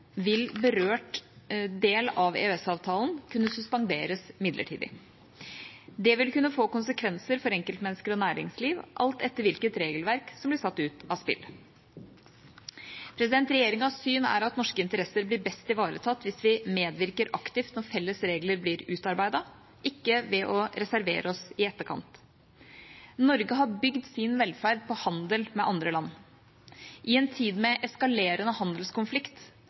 vil berørt del av EØS-avtalen kunne suspenderes midlertidig. Det vil kunne få konsekvenser for enkeltmennesker og næringsliv alt etter hvilket regelverk som blir satt ut av spill. Regjeringas syn er at norske interesser blir best ivaretatt hvis vi medvirker aktivt når felles regler blir utarbeidet, ikke ved å reservere oss i etterkant. Norge har bygd sin velferd på handel med andre land. I en tid med eskalerende handelskonflikt